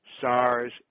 SARS